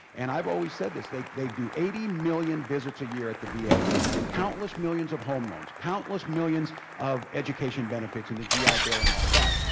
and i've always said this, they they do eighty million visits a year at the va. countless millions of home loans, countless millions of education benefits in the gi bill and all that.